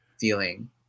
feeling